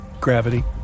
Gravity